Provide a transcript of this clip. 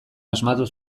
asmatu